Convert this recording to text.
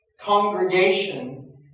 congregation